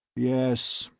yes,